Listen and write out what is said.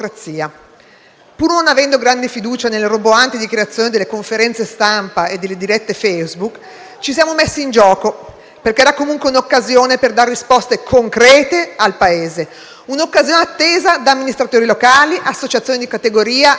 Pur non avendo grande fiducia nelle roboanti dichiarazioni delle conferenze stampa e delle dirette Facebook, ci siamo messi in gioco, perché era comunque un'occasione per dare risposte concrete al Paese. Un'occasione attesa da amministratori locali, associazioni di categoria e imprese.